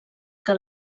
que